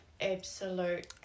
absolute